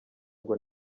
ngo